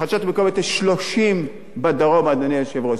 בחדשות המקומיות יש 30 בדרום, אדוני היושב-ראש.